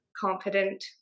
confident